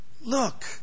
Look